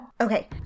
okay